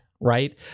right